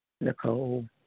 Nicole